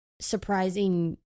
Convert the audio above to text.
surprising